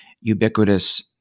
ubiquitous